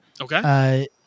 Okay